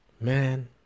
Man